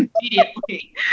immediately